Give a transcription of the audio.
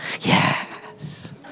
Yes